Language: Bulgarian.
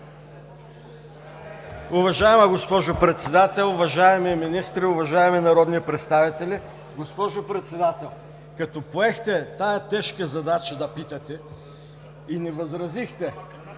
Уважаема госпожо Председател, уважаеми министри, уважаеми народни представители! Госпожо Председател, като поехте тежката задача да питате и не възразихте…